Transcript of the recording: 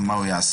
מה הוא יעשה,